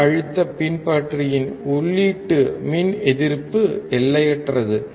மின்னழுத்த பின்பற்றியின் உள்ளீட்டு மின் எதிர்ப்பு எல்லையற்றது